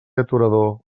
aturador